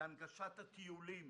הנגשת הטיולים